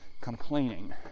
complaining